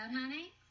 honey